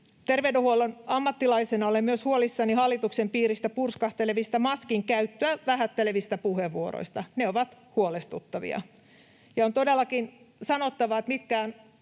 Terveydenhuollon ammattilaisena olen myös huolissani hallituksen piiristä purskahtelevista maskin käyttöä vähättelevistä puheenvuoroista. Ne ovat huolestuttavia. On todellakin sanottava, että mitkään